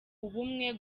ubumwe